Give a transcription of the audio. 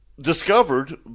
discovered